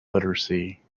literacy